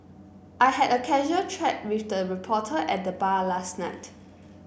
I had a casual chat with a reporter at the bar last night